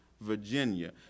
Virginia